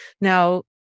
Now